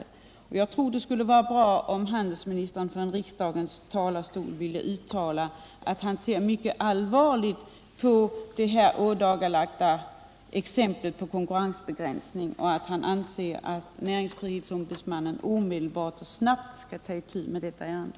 Jag tror, som sagt, att det skulle vara bra om handelsministern från riksdagens talarstol ville uttala att han ser mycket allvarligt på det här ådagalagda exemplet på konkurrensbegränsning och att han anser att näringsfrihetsombudsmannen omedelbart och snabbt skall ta itu med detta ärende.